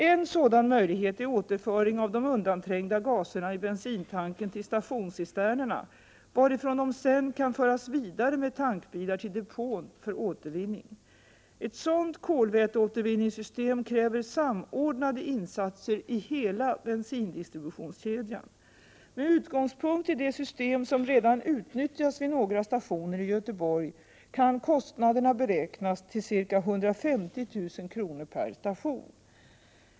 En sådan möjlighet är återföring av de undanträngda gaserna i bensintanken till stationscisternerna, varifrån de sedan kan föras vidare med tankbilar till depån för återvinning. Ett sådant kolväteåtervinningssystem kräver samordnade insatser i hela bensindistributionskedjan. Med utgångspunkt i det system som redan nyttjas vid några stationer i Göteborg kan kostnaderna beräknas till ca 150 000 kr. per station.